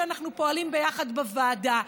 ואנחנו פועלים ביחד בוועדה: